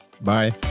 Bye